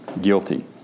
guilty